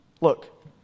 Look